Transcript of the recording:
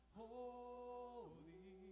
holy